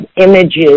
images